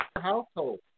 household